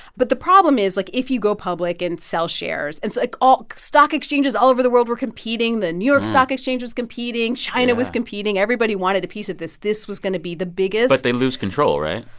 but the problem is, like, if you go public and sell shares and so, like, all stock exchanges all over the world were competing. the new york stock exchange was competing. china was competing. everybody wanted a piece of this. this was going to be the biggest. but they'd lose control, right?